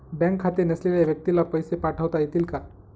Bank खाते नसलेल्या व्यक्तीला पैसे पाठवता येतील का?